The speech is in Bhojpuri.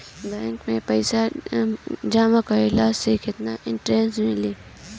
बैंक में पईसा जमा करवाये पर केतना इन्टरेस्ट मिली?